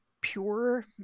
pure